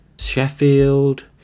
Sheffield